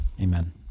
amen